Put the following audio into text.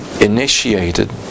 initiated